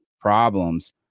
problems